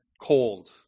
cold